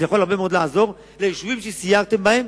זה יכול הרבה מאוד לעזור ליישובים שסיירתם בהם,